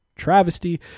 travesty